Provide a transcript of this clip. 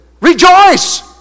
Rejoice